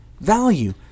value